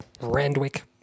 Randwick